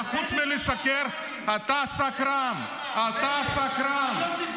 אתה, חוץ מלשקר --- את זה בנט אמר, לא אני.